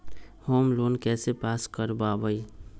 Home loan कैसे pass कर बाबई?